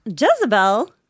jezebel